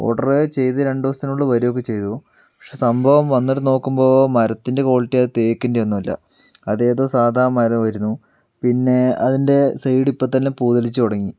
order ചെയ്ത് രണ്ടു ദിവസത്തിനുള്ളിൽ വരികയൊക്കെ ചെയ്തു പക്ഷെ സംഭവം വന്നിട്ട് നോക്കുമ്പോൾ മരത്തിന്റെ ക്വാളിറ്റി അത് തേക്കിന്റെ ഒന്നുമല്ല അത് ഏതോ സാധാരണ മരമായിരുന്നു പിന്നേ അതിന്റെ സൈഡ് ഇപ്പോൾതന്നെ പൂതലിച്ചു തുടങ്ങി